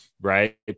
right